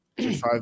five